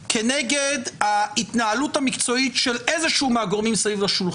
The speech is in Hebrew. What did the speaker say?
ארבעה אבות נזיקין כנגד ארבעה שלבי התוכנית של השר לוין.